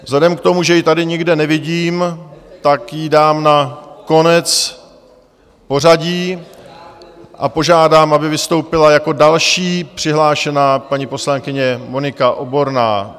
Vzhledem k tomu, že ji tady nikde nevidím, tak ji dám na konec pořadí a požádám, aby vystoupila jako další přihlášená paní poslankyně Monika Oborná.